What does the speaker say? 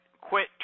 quit